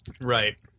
Right